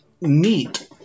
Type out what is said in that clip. Neat